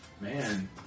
Man